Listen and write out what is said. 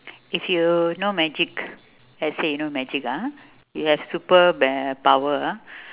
if you know magic let's say you know magic ah you have super power ah